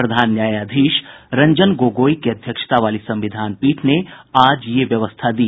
प्रधान न्यायाधीश रंजन गोगोई की अध्यक्षता वाली संविधान पीठ ने आज यह व्यवस्था दी